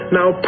Now